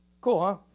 cool huh?